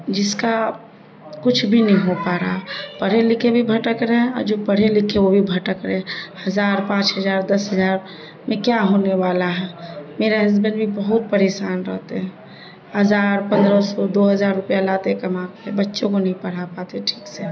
جس کا کچھ بھی نہیں ہو پا رہا پڑھے لکھے بھی بھٹک رہے ہیں اور جو پڑھے لکھے وہ بھی بھٹک رہے ہزار پانچ ہزار دس ہزار میں کیا ہونے والا ہے میرے ہسبینڈ بھی بہت پریشان رہتے ہیں ہزار پندرہ سو دو ہزار روپیہ لاتے ہیں کما کے بچوں کو نہیں پڑھا پاتے ٹھیک سے